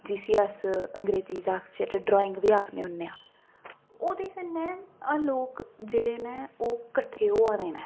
जिस्सी अस अंग्रेजी च आखचै ते ड्राइंग बी आखने होन्ने आं ओह्दे कन्नै अस लोक जेह्ड़े न ओह् कट्ठे होआ दे न